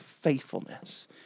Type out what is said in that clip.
faithfulness